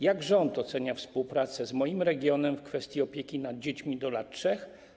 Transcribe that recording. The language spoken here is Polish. Jak rząd ocenia współpracę z moim regionem w kwestii opieki nad dziećmi do lat 3?